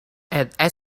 add